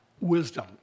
wisdom